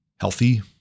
healthy